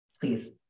Please